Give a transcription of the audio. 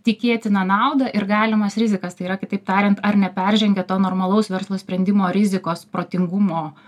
tikėtiną naudą ir galimas rizikas tai yra kitaip tariant ar neperžengė to normalaus verslo sprendimo rizikos protingumo